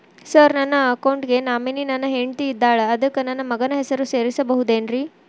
Sir ನನ್ನ account ಗೆ nominee ನನ್ನ ಹೆಂಡ್ತಿ ಇದ್ದಾಳ ಅದಕ್ಕ ನನ್ನ ಮಗನ ಹೆಸರು ಸೇರಸಬಹುದೇನ್ರಿ?